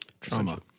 Trauma